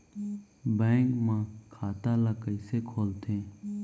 Bank म खाता ल कइसे खोलथे?